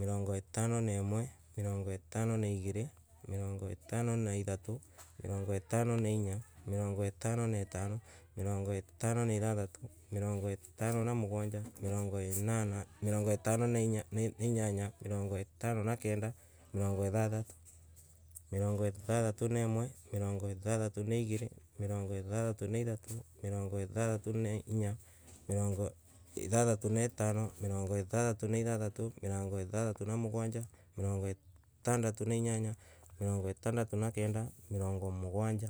Mirongo itano na imwe. mirongo itano na igiiri. mirongo itano na ithatu. mirongo itano nainya. mirongo itano na ithano. mirongo itano na ithatu. mirongo itano na mugwanja. mirongo itano na inyanya. mirongo itano na ithathatu naigiri mirongo ithatu na ithatu mirongo ithathatu na inya mirongo ithathatu na ithano mirongo ithathatu na ithathatu mirongo ithathatu na mugwanja mirongo itandatu na inyanya mirongo itandatu na kenda. mirongo mugwanja.